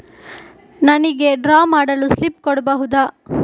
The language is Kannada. ನನಿಗೆ ಡ್ರಾ ಮಾಡಲು ಸ್ಲಿಪ್ ಕೊಡ್ಬಹುದಾ?